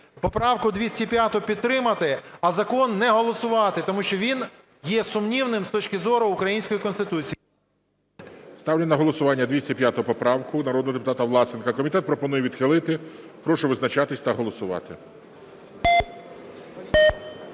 Поправку 205 підтримати, а закон не голосувати, тому що він є сумнівним з точки зору української Конституції. ГОЛОВУЮЧИЙ. Ставлю на голосування 205 поправку народного депутата Власенка. Комітет пропонує відхилити. Прошу визначатись та голосувати.